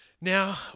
Now